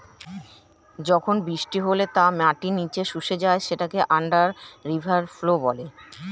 যখন বৃষ্টি হলে তা মাটির নিচে শুষে যায় সেটাকে আন্ডার রিভার ফ্লো বলে